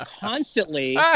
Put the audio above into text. constantly